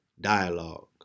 dialogue